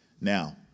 Now